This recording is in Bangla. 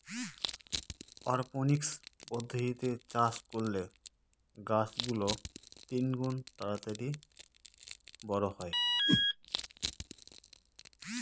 অরপনিক্স পদ্ধতিতে চাষ করলে গাছ গুলো তিনগুন তাড়াতাড়ি বড়ো হয়